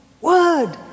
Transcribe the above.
word